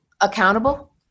accountable